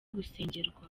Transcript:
gusengerwa